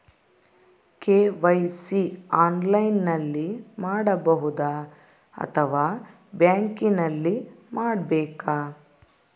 KYC ಆನ್ಲೈನಲ್ಲಿ ಮಾಡಬಹುದಾ ಅಥವಾ ಬ್ಯಾಂಕಿನಲ್ಲಿ ಮಾಡ್ಬೇಕಾ?